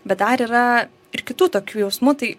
bet dar yra ir kitų tokių jausmų tai